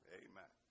amen